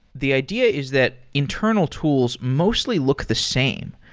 the idea is that internal tools mostly look the same.